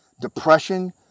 Depression